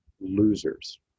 losers